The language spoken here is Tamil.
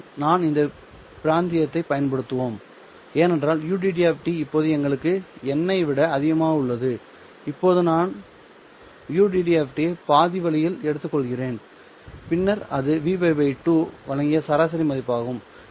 இனிமேல் நாம் இந்த பிராந்தியத்தைப் பயன்படுத்துவோம் ஏனென்றால் ud இப்போது எங்களுக்கு n ஐ விட அதிகமாக உள்ளது இப்போது நான் ud ஐ பாதி வழியில் எடுத்துக்கொள்கிறேன் பின்னர் அது Vπ 2 வழங்கிய சராசரி மதிப்பாகும்